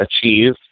achieve